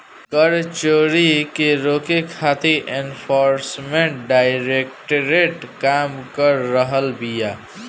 कर चोरी के रोके खातिर एनफोर्समेंट डायरेक्टरेट काम कर रहल बिया